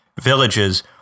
villages